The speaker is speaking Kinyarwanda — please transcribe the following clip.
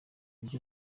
ibyo